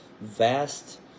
vast